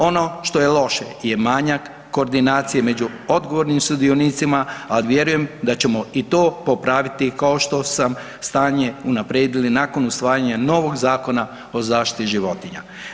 Ono što je loše je manjak koordinacije među odgovornim sudionicima a vjerujem da ćemo i to popraviti kao što smo stanje unaprijedili nakon usvajanja novog Zakona o zaštiti životinja.